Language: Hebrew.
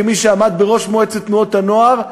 כמי שעמד בראש מועצת תנועות הנוער,